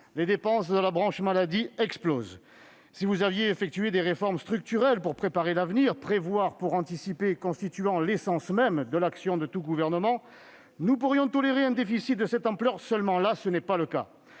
les dépenses de la branche maladie explosent. Si vous aviez effectué des réformes structurelles pour préparer l'avenir, « prévoir pour anticiper » constituant l'essence même de l'action de tout gouvernement, nous pourrions tolérer un déficit de cette ampleur ; seulement là, ce n'est pas le cas.